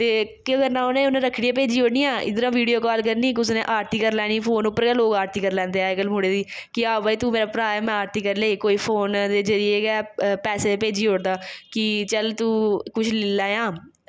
ते केह् करना उनें उनें रक्खड़ियां भेजी ओड़नियां इद्धर वीडियो कॉल करनी कुसै ने आरती करी लैनी फोन उप्पर गै लोक आरती करी लैंदे अज्ज कल मुड़े दी कि हां भाई तूं मेरे भ्राऽ ऐ में आरती करी लेई कोई फोन दे जरिये गै पैसे भेजी ओड़दा कि चल तूं कुछ लेई लैयां